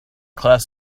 class